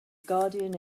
guardian